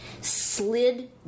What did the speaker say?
slid